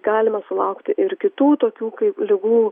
galima sulaukti ir kitų tokių kaip ligų